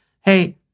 hey